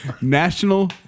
National